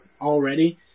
already